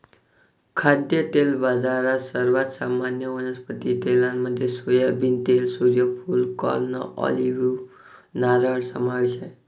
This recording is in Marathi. खाद्यतेल बाजारात, सर्वात सामान्य वनस्पती तेलांमध्ये सोयाबीन तेल, सूर्यफूल, कॉर्न, ऑलिव्ह, नारळ समावेश आहे